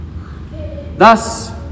Thus